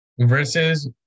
versus